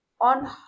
On